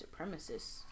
supremacists